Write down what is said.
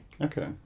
Okay